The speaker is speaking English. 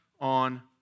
on